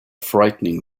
frightening